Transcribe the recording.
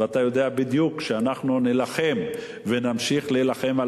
ואתה יודע בדיוק שאנחנו נילחם ונמשיך להילחם על